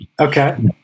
okay